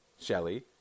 Shelley